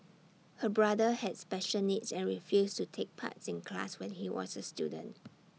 her brother had special needs and refused to take parts in class when he was A student